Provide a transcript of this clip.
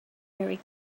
very